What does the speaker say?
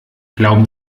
glauben